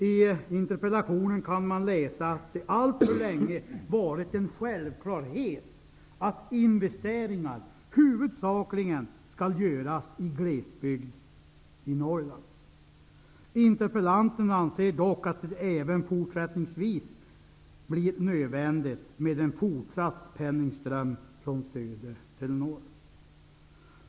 I interpellationen kan man läsa att det alltför länge varit en självklarhet att investeringar huvudsakligen skall göras i glesbygd i Norrland. Interpellanten anser dock att det även fortsättningsvis blir nödvändigt med en fortsatt penningström från söder till norr.